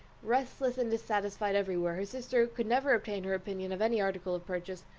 restless and dissatisfied every where, her sister could never obtain her opinion of any article of purchase,